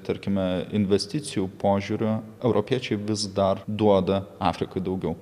tarkime investicijų požiūriu europiečiai vis dar duoda afrikoj daugiau